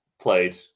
played